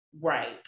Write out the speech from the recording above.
Right